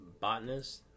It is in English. botanist